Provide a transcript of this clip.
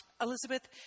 Elizabeth